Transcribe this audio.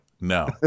No